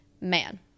Man